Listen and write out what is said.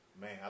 Man